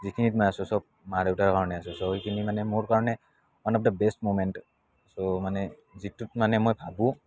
যিখিনিত মই আছোঁ সব মা দেউতাৰ কাৰণে আছোঁ ছ' সেইখিনি মানে মোৰ কাৰণে one of the best moments so মানে যিটোত মানে মই ভাবোঁ